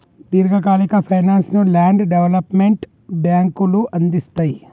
దీర్ఘకాలిక ఫైనాన్స్ ను land development బ్యేంకులు అందిస్తయ్